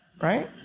Right